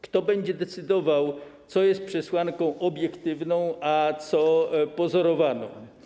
Kto będzie decydował, co jest przesłanką obiektywną, a co pozorowaną?